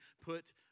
put